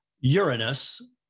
Uranus